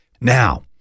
now